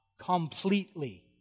completely